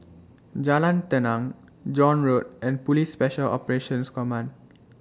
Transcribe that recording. Jalan Tenang John Road and Police Special Operations Command